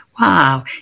Wow